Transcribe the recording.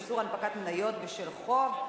איסור הנפקת מניות בשל חוב),